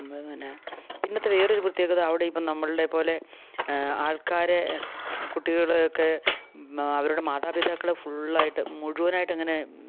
അങ്ങനെ പിന്നത്തെ വേറൊരു പ്രത്യേകത അവിടെ ഇപ്പോൾ നമ്മളുടെ പോലെ ആൾക്കാരെ കുട്ടികളെ ഒക്കെ അവരുടെ മാതാപിതാക്കളെ ഫുള്ളായിട്ട് മുഴുവനായിട്ടങ്ങനെ